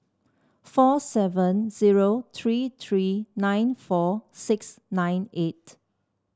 four seven zero three three nine four six nine eight